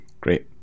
Great